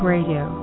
Radio